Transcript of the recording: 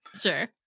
Sure